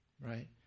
right